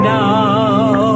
now